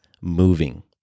moving